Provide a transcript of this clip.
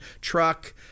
truck